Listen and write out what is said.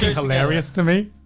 hilarious to me.